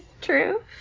true